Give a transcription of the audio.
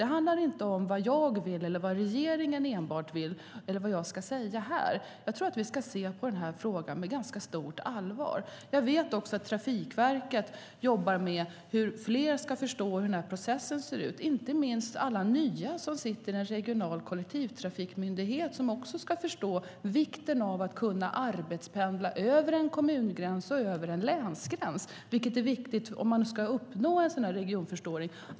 Det handlar inte om vad jag vill, vad enbart regeringen vill eller vad jag ska säga här. Jag tror att vi ska se på frågan med ganska stort allvar. Jag vet också att Trafikverket jobbar med hur fler ska förstå hur processen ser ut, inte minst alla nya som sitter i en regional kollektivtrafikmyndighet, och också förstå vikten av att kunna arbetspendla över en kommungräns och över en länsgräns. Det är viktigt om man ska uppnå en regionförstoring.